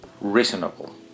Reasonable